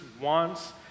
wants